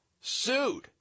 sued